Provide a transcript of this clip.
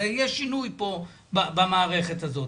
יש שינוי פה במערכת הזאת,